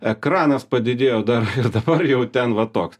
ekranas padidėjo dar ir dabar jau ten va toks